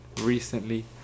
recently